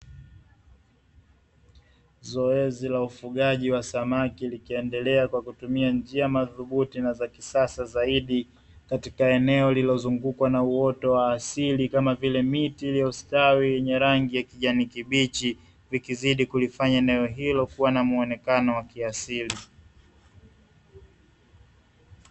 Zoezi la ufugaji wa samaki likiendelea kwa kutumia njia madhubuti na za kisasa zaidi katika eneo lilozungukwa na uoto wa asili kama vile miti iliyostawi yenye rangi ya kijani kibichi wikizidi kulifanya neno hilo kuwa na muonekano wa kiasili.